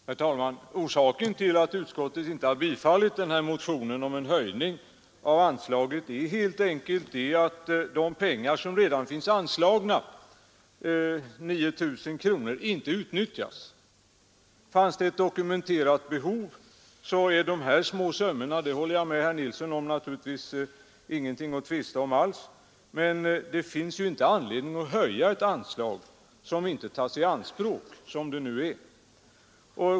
Herr talman! Orsaken till att utskottet inte har tillstyrkt motionen om en höjning av anslaget är helt enkelt att de pengar som redan finns anslagna — 9 000 kronor — inte utnyttjas. Fanns det ett dokumenterat behov, så är de här små summorna — det håller jag med herr Nilsson i Agnäs om — ingenting alls att tvista om. Men det finns ju inte anledning att höja ett anslag som inte tas i anspråk, som det nu är.